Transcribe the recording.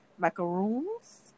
macaroons